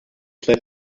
club